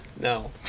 No